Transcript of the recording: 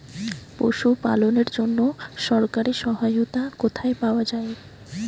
পশু পালনের জন্য সরকারি সহায়তা কোথায় পাওয়া যায়?